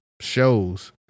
shows